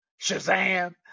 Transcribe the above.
Shazam